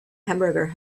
hamburger